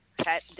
pet